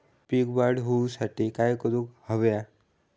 पीक वाढ होऊसाठी काय करूक हव्या?